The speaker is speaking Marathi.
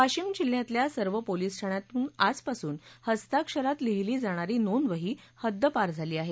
वाशिम जिल्ह्यातल्या सर्व पोलीस ठाण्यातून आजपासून हस्ताक्षरात लिहिली जाणारी नोंदवही हद्दपार झाली आहे